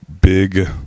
big